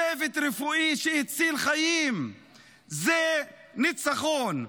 צוות רפואי שהציל חיים זה ניצחון,